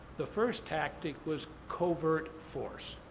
the first tactic was covert force.